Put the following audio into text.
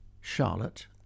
Charlotte